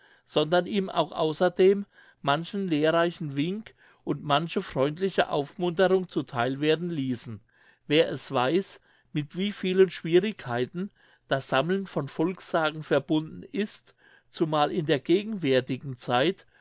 sondern ihm auch außerdem manchen lehrreichen wink und manche freundliche aufmunterung zu theil werden ließen wer es weiß mit wie vielen schwierigkeiten das sammeln von volkssagen verbunden ist zumal in der gegenwärtigen zeit